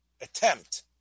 attempt